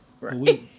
right